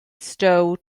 stow